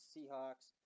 Seahawks